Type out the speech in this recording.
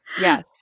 yes